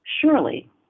surely